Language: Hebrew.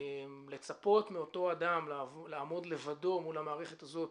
לצפות מאותו אדם לעמוד לבדו מול המערכת הזו,